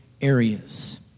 areas